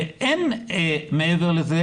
אין מעבר לזה,